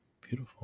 beautiful